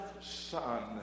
son